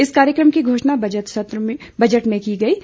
इस कार्यक्रम की घोषणा बजट में की गई थी